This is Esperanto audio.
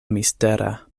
mistera